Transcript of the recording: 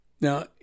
Now